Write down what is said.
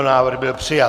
Návrh byl přijat.